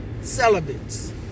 celibates